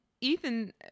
Ethan